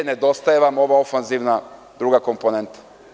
Nedostaje vam ova ofanzivna druga komponenta.